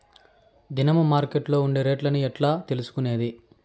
దినము మార్కెట్లో ఉండే రేట్లని నేను ఎట్లా తెలుసుకునేది?